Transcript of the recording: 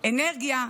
אנרגיה,